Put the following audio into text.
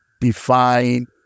define